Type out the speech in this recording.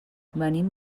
venim